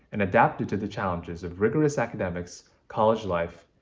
and adapted to the challenges of rigorous academics, college life,